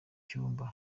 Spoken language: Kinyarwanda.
cyumba